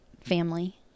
family